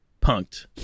Punked